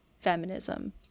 feminism